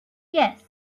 yes